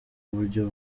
uburyo